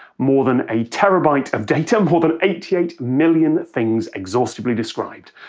more than a terabyte of data, more than eighty eight million things exhaustively described.